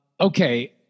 Okay